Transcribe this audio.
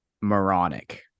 moronic